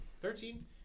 Thirteen